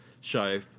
show